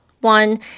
one